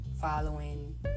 following